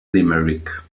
limerick